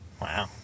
Wow